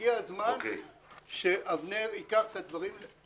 הגיע הזמן שאבנר ייקח את הדברים לידיו.